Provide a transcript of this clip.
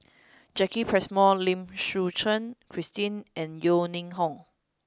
Jacki Passmore Lim Suchen Christine and Yeo Ning Hong